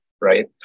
right